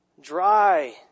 Dry